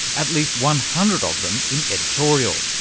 at least one hundred of them in editorial.